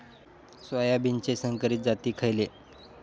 सोयाबीनचे संकरित जाती खयले?